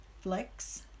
Flex